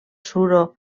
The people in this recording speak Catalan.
suro